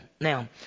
Now